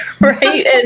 right